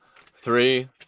three